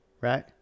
Right